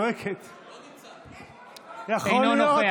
אינו נוכח